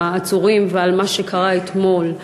על העצורים ועל מה שקרה אתמול,